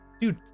Dude